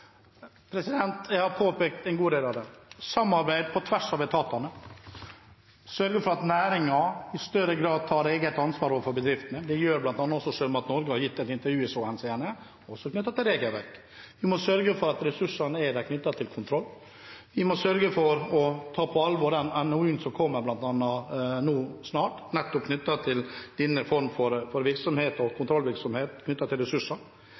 Jeg har påpekt en god del av det, bl.a. samarbeid på tvers av etatene og å sørge for at næringen i større grad selv tar ansvar overfor bedriftene. Det gjør bl.a. også Sjømat Norge – de har gitt et intervju i så henseende knyttet til regelverk. Vi må sørge for at ressursene er der knyttet til kontroll. Vi må sørge for å ta på alvor den NOU-en som kommer nå snart, knyttet til denne formen for virksomhet og kontrollvirksomhet og ressurser. Vi er nødt til